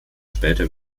später